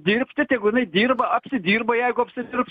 dirbti tegu jinai dirba apsidirba jeigu apsidirbs